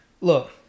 Look